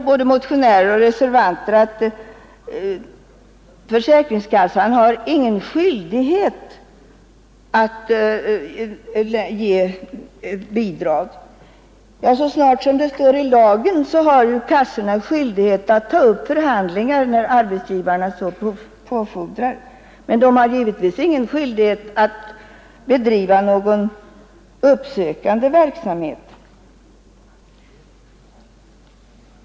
Både motionärer och reservanter säger att försäkringskassan inte har någon skyldighet att ge bidrag. Men så snart det i lagen står talat om bidrag har kassorna skyldighet att ta upp förhandlingar, när arbetsgivarna så påfordrar. Däremot har de givetvis ingen skyldighet att bedriva någon uppsökande verksamhet.